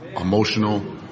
emotional